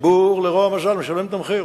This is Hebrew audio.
לרוע המזל הציבור משלם את המחיר.